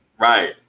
Right